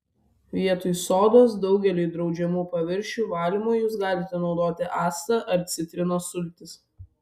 vietoj sodos daugeliui draudžiamų paviršių valymui jus galite naudoti actą ar citrinos sultis